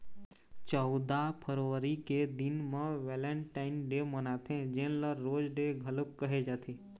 चउदा फरवरी के दिन म वेलेंटाइन डे मनाथे जेन ल रोज डे घलोक कहे जाथे